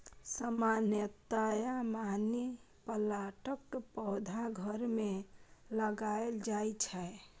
सामान्यतया मनी प्लांटक पौधा घर मे लगाएल जाइ छै